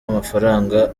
amafaranga